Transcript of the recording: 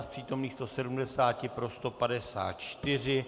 Z přítomných 170 pro 154.